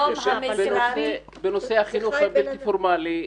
--- בנושא החינוך הבלתי פורמלי,